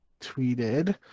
tweeted